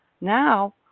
Now